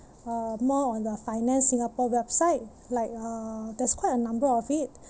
uh more on the finance Singapore website like uh there's quite a number of it